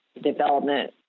development